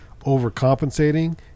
overcompensating